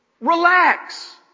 Relax